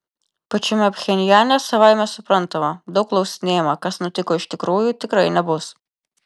pačiame pchenjane savaime suprantama daug klausinėjama kas nutiko iš tikrųjų tikrai nebus